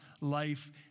life